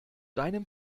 deinem